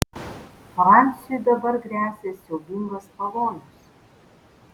fransiui dabar gresia siaubingas pavojus